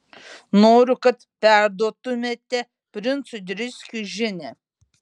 noriu kad perduotumėte princui driskiui žinią